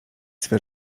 swe